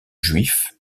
juifs